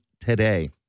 today